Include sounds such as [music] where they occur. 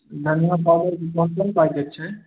[unintelligible] छै